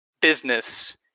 business